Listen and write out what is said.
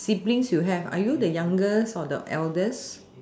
siblings you have are you the youngest or the eldest